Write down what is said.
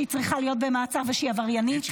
שהיא צריכה להיות במעצר ושהיא עבריינית.